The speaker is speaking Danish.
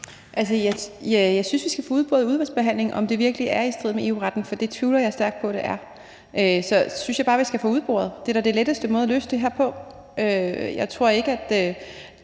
(V): Jeg synes, vi skal få udboret i udvalgsbehandlingen, om det virkelig er i strid med EU-retten, for det tvivler jeg stærkt på at det er. Så det synes jeg bare vi skal få udboret. Det er da den letteste måde at løse det her på. Altså, jeg